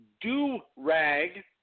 do-rag